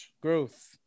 Growth